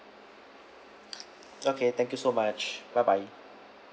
okay thank you so much bye bye